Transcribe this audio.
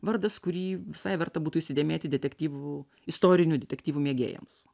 vardas kurį visai verta būtų įsidėmėti detektyvų istorinių detektyvų mėgėjams